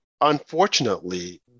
unfortunately